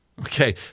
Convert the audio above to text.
Okay